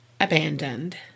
abandoned